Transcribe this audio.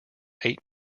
eight